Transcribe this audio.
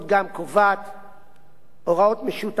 הוראות משותפות לכל רובדי החקיקה